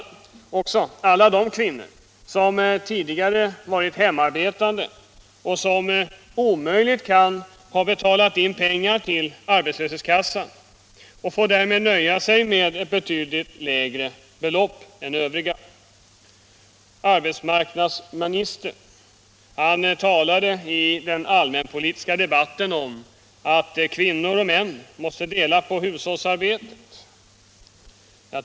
Det gäller också alla de kvinnor som tidigare varit hemarbetande och som omöjligt kan ha betalat in pengar till arbetslöshetskassa och därmed får nöja sig med ett betydligt lägre belopp än övriga. Arbetsmarknadsministern talade i den allmänpolitiska debatten om att kvinnor och män måste dela på hushållsarbetet.